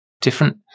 different